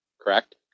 correct